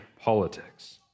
politics